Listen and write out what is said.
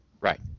Right